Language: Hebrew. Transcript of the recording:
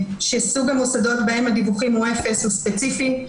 שסוג המוסדות בהם הדיווחים הוא אפס, הוא ספציפי.